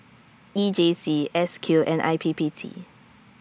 E J C S Q and I P P T